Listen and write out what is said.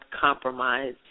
compromise